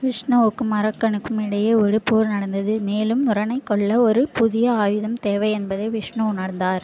விஷ்ணுவுக்கும் அரக்கனுக்கும் இடையே ஒரு போர் நடந்தது மேலும் முரனைக் கொல்ல ஒரு புதிய ஆயுதம் தேவை என்பதை விஷ்ணு உணர்ந்தார்